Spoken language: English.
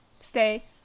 Stay